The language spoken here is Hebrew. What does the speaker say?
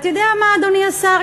אתה יודע מה, אדוני השר?